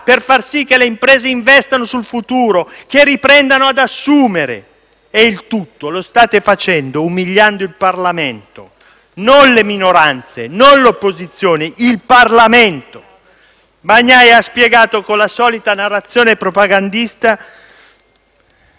per far sì che le imprese investano sul futuro e che riprendano ad assumere. State facendo tutto questo umiliando in Parlamento; non le minoranze, non l'opposizione, ma il Parlamento. Il collega Bagnai ha disegnato, con la solita narrazione propagandista,